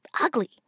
ugly